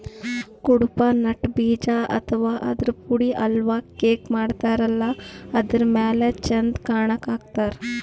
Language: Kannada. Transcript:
ಕುಡ್ಪಾ ನಟ್ ಬೀಜ ಅಥವಾ ಆದ್ರ ಪುಡಿ ಹಲ್ವಾ, ಕೇಕ್ ಮಾಡತಾರಲ್ಲ ಅದರ್ ಮ್ಯಾಲ್ ಚಂದ್ ಕಾಣಕ್ಕ್ ಹಾಕ್ತಾರ್